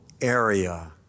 area